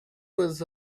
was